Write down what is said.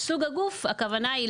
הכוונה היא,